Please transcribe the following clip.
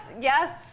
yes